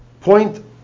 point